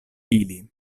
ili